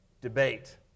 Debate